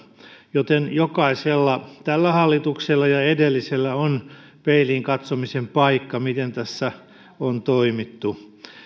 joten jokaisella tällä hallituksella ja edellisellä on peiliin katsomisen paikka miten tässä on toimittu